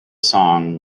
song